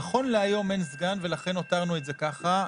נכון להיום אין סגן ולכן הותרנו את זה ככה.